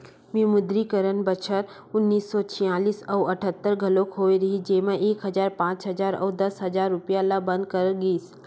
विमुद्रीकरन बछर उन्नीस सौ छियालिस अउ अठत्तर घलोक होय रिहिस जेमा एक हजार, पांच हजार अउ दस हजार रूपिया ल बंद करे गिस